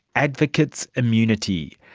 advocate's immunity.